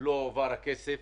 לא הועבר הכסף.